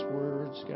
words